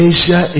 Asia